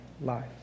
life